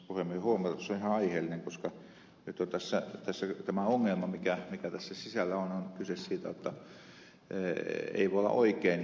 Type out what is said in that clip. puhemiehen huomautus on ihan aiheellinen koska nyt tässä tämä ongelma mikä tässä sisällä on eli kyse on siitä jotta ei voi olla oikein niin kuin ed